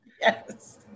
yes